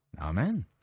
Amen